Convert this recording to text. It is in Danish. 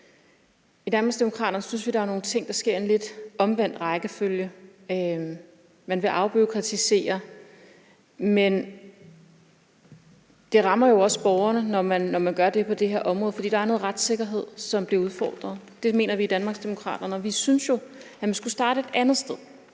I Danmarksdemokraterne synes vi, der er nogle ting, der sker i en lidt omvendt rækkefølge. Man vil afbureaukratisere, men det rammer jo også borgerne, når man gør det på det her område, for der er noget retssikkerhed, som bliver udfordret. Det mener vi i Danmarksdemokraterne. Vi synes, man skulle starte et andet sted,